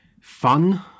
fun